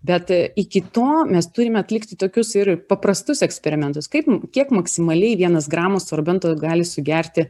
bet iki to mes turime atlikti tokius ir paprastus eksperimentus kaip kiek maksimaliai vienas gramas sorbento gali sugerti